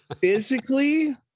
Physically